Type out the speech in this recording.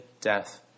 death